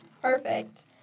Perfect